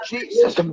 Jesus